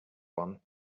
one